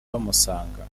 bamusanga